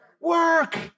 Work